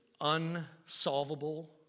unsolvable